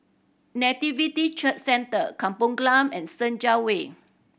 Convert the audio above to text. Nativity Church Centre Kampong Glam and Senja Way